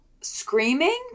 screaming